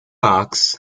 box